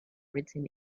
written